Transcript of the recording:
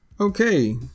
Okay